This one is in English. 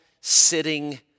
sitting